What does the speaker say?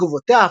תגובותיה,